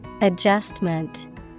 Adjustment